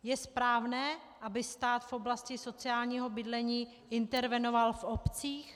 Je správné, aby stát v oblasti sociálního bydlení intervenoval v obcích?